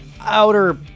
outer